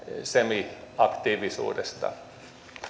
semi aktiivisuudesta